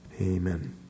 Amen